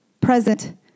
present